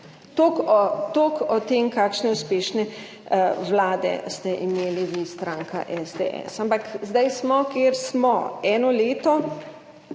Toliko o tem kakšne uspešne vlade ste imeli vi, stranka SDS. Ampak zdaj smo kjer smo. Eno leto